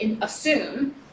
assume